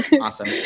Awesome